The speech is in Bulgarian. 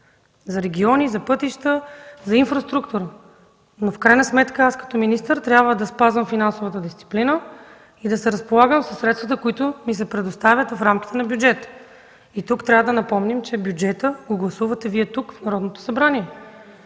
за региони, за инфраструктура. В крайна сметка като министър трябва да спазвам финансовата дисциплина и да се разполагам със средствата, които ми се предоставят в рамките на бюджета. Тук трябва да напомним, че бюджета го гласувате Вие тук, в Народното събрание.